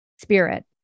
spirit